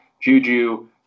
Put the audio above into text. Juju